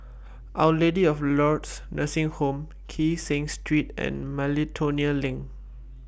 Our Lady of Lourdes Nursing Home Kee Seng Street and Miltonia LINK